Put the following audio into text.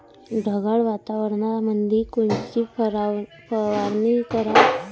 ढगाळ वातावरणामंदी कोनची फवारनी कराव?